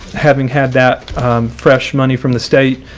having had that fresh money from the state,